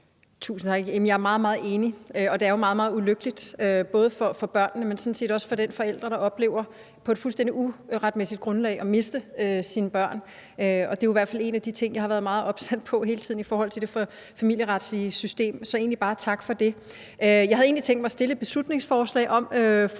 Tusind tak. Jeg er meget, meget enig, og det er jo meget, meget ulykkeligt, både for børnene, men sådan set også for den forælder, der oplever på et fuldstændig uretmæssigt grundlag at miste sine børn. Det er jo i hvert fald en af de ting, jeg har været meget opsat på hele tiden i forhold til det familieretslige system. Så jeg vil egentlig bare sige tak for det. Jeg havde egentlig tænkt mig at fremsætte et beslutningsforslag om